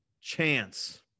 chance